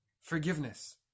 forgiveness